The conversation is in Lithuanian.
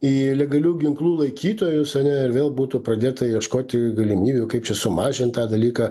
į legalių ginklų laikytojus ane ir vėl būtų pradėta ieškoti galimybių kaip čia sumažint tą dalyką